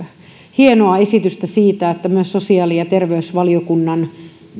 hienoa esitystä siitä että myös sosiaali ja terveysvaliokunnan